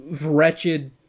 wretched